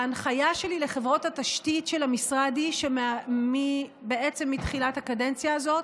ההנחיה שלי לחברות התשתית של המשרד היא שמתחילת הקדנציה הזאת